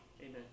amen